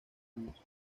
años